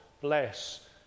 bless